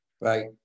right